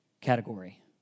category